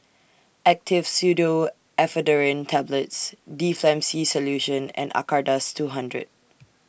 Actifed Pseudoephedrine Tablets Difflam C Solution and Acardust two hundred